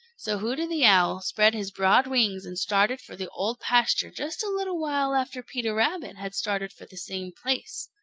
so hooty the owl spread his broad wings and started for the old pasture just a little while after peter rabbit had started for the same place.